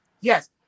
Yes